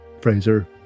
Fraser